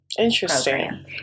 Interesting